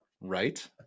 Right